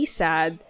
sad